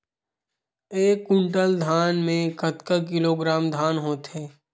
एक कुंटल धान में कतका किलोग्राम धान होथे?